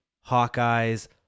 Hawkeye's